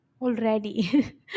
already